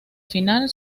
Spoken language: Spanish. final